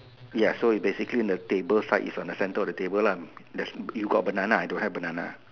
ya so is basically the table side is on the center of the table lah there's you got banana I don't have a banana